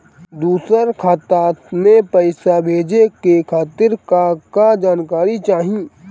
दूसर खाता में पईसा भेजे के खातिर का का जानकारी चाहि?